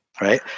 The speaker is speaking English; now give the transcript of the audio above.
right